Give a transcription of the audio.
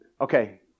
okay